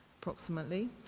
approximately